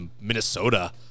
Minnesota